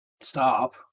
stop